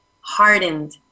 hardened